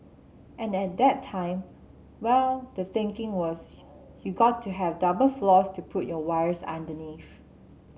and at that time well the thinking was you got to have double floors to put your wires underneath